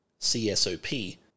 CSOP